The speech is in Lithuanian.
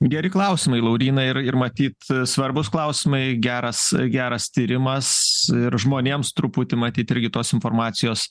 geri klausimai lauryna ir ir matyt svarbūs klausimai geras geras tyrimas ir žmonėms truputį matyt irgi tos informacijos